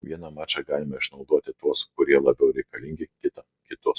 vieną mačą galime išnaudoti tuos kurie labiau reikalingi kitą kitus